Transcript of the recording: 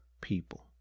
people